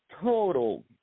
Total